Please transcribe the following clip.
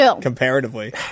comparatively